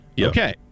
Okay